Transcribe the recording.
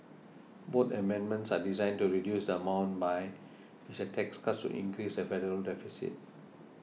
both amendments are designed to reduce the amount by which the tax cuts would increase the federal deficit